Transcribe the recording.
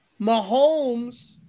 Mahomes